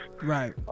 Right